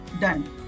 done